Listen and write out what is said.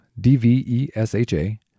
d-v-e-s-h-a